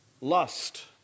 Lust